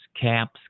caps